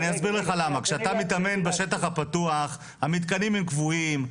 כשאתה מתאמן בשטח הפתוח, המתקנים הם קבועים.